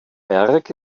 berg